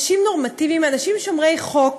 אנשים נורמטיביים, אנשים שומרי חוק,